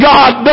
God